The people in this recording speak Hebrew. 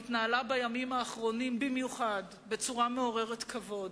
התנהלה בימים האחרונים במיוחד בצורה מעוררת כבוד.